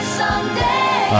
someday